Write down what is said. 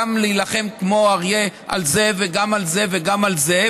להילחם כמו אריה גם על זה וגם על זה וגם על זה,